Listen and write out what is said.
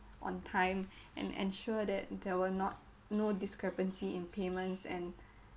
on time and ensure that there were not no discrepancy in payments and